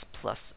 plus